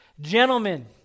Gentlemen